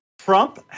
Trump